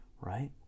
right